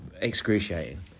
excruciating